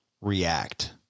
react